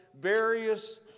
various